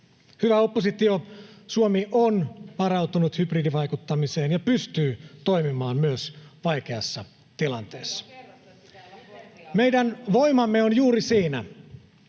Hyvä oppositio, Suomi on varautunut hybridivaikuttamiseen ja pystyy toimimaan myös vaikeassa tilanteessa. Meidän voimamme on juuri siinä,